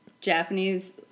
Japanese